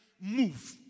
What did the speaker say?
Move